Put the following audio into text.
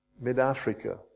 mid-Africa